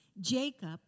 Jacob